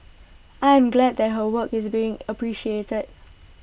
I am glad that her work is being appreciated